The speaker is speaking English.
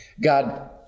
God